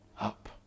up